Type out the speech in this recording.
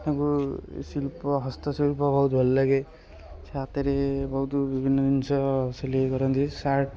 ତାଙ୍କୁ ଶିଳ୍ପ ହସ୍ତଶିଳ୍ପ ବହୁତ ଭଲ ଲାଗେ ସିଏ ହାତରେ ବହୁତ ବିଭିନ୍ନ ଜିନିଷ ସିଲେଇ କରନ୍ତି ସାର୍ଟ୍